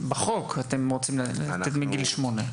בחוק אתם רוצים לאפשר את זה מגיל שמונה.